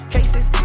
Cases